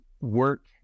work